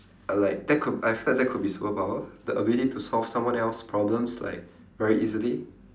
uh like that could I felt that could be superpower the ability to solve someone else's problems like very easily